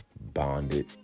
bonded